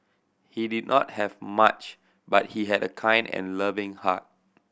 he did not have much but he had a kind and loving heart